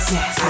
Yes